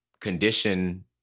condition